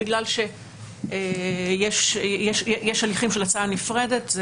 כי יש הליכים של הצעה נפרדת.